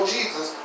Jesus